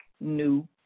new